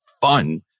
fun